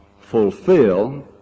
fulfill